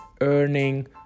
earning